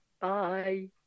Bye